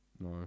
No